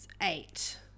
Eight